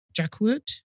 Jackwood